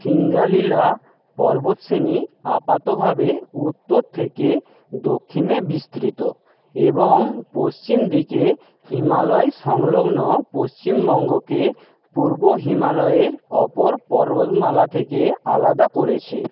সিঙ্গালীলা পর্বতশ্রেণী আপাতভাবে উত্তর থেকে দক্ষিণে বিস্তৃত এবং পশ্চিম দিকে হিমালয় সংলগ্ন পশ্চিমবঙ্গকে পূর্ব হিমালয়ের অপর পর্বতমালা থেকে আলাদা করেছে